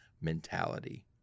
mentality